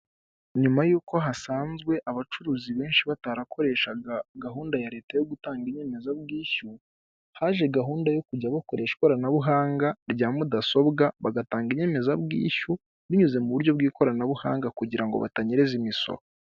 Nuuma y'uko hasanzwe abacuruzi benshi batarakoreshaga gahunda ya leta yo gutanga inyemezabwishyu, haje gahunda yo kujya bakoresha ikoranabuhanga rya mudasobwa bagatanga inyemezabwishyu binyuze mu buryo bw'ikoranabuhanga kugira ngo batanyereza imisoro.